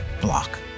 block